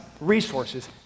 resources